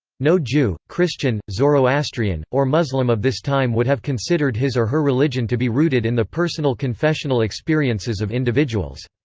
no jew, christian, zoroastrian, or muslim of this time would have considered his or her religion to be rooted in the personal confessional experiences of individuals.